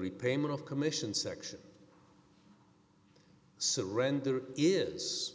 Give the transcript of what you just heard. repayment of commissions section surrender is